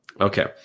Okay